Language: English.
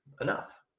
enough